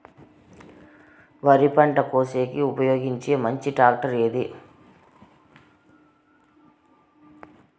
వరి పంట కోసేకి ఉపయోగించే మంచి టాక్టర్ ఏది?